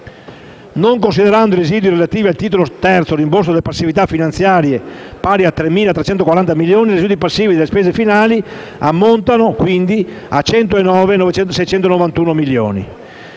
Non considerando i residui relativi al Titolo III, «Rimborso delle passività finanziarie», pari a 3.340 milioni di euro, i residui passivi delle spese finali ammontano quindi a 109.691 milioni